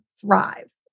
thrive